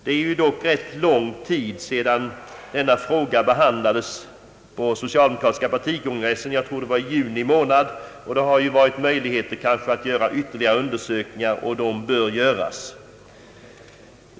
Det är dock ganska lång tid sedan denna fråga behandlades på den socialdemokratiska partikongressen — jag tror det var i juni månad 1968 — och det hade kanske funnits möjligheter att göra ytterligare undersökningar, och så bör ske.